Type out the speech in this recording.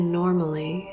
normally